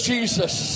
Jesus